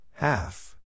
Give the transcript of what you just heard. Half